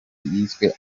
yiswe